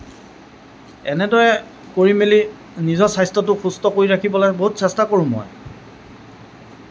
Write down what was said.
এনেদৰে কৰি মেলি নিজৰ স্বাস্থ্যটো সুস্থ কৰি ৰাখিবলৈ বহুত চেষ্টা কৰোঁ মই